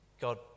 God